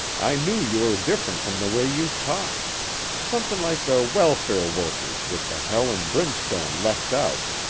i knew you were different from the way you talk somethin' like the welfare workers, with the hell an' brimstone left out,